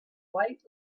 right